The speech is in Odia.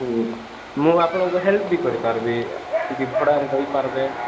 ହୁଁ ମୁଁ ଆପଣଙ୍କୁ ହେଲ୍ପ ବି କରିପାରିବି ସେଠି ଭଡ଼ାରେ ରହିପାରବେ